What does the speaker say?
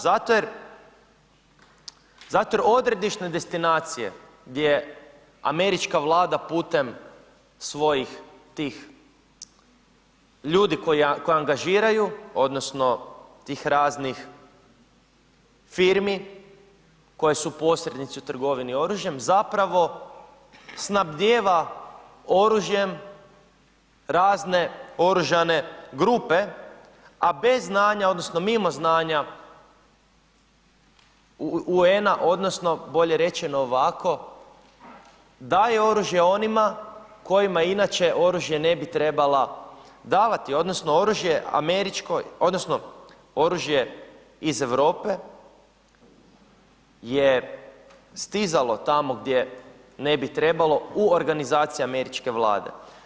Zato jer odredišne destinacije gdje američka Vlada putem svojih tih ljudi koje angažiraju odnosno tih raznih firmi koje su posrednici u trgovini oružjem zapravo snabdjeva oružjem razne oružane grupe a bez znanja, odnosno mimo znanja UN-a, odnosno bolje rečeno ovako, daje oružje onima kojima inače oružje ne bi trebala davati, odnosno oružje američko, odnosno oružje iz Europe je stizalo tamo gdje ne bi trebalo u organizaciji američke Vlade.